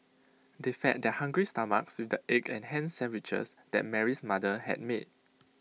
they fed their hungry stomachs with the egg and Ham Sandwiches that Mary's mother had made